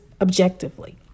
objectively